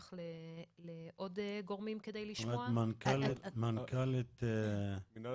אחר-כך לעוד גורמים כדי לשמוע -- מנכ"לית מינהל